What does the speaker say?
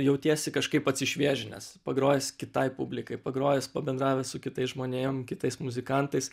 jautiesi kažkaip atsišviežinęs pagrojęs kitai publikai pagrojęs pabendravęs su kitais žmonėm kitais muzikantais